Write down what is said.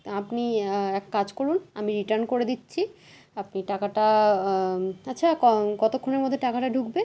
আপনি এক কাজ করুন আমি রিটার্ন করে দিচ্ছি আপনি টাকাটা আচ্ছা কতোক্ষণের মধ্যে টাকাটা ঢুকবে